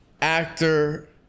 actor